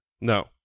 No